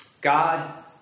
God